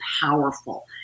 powerful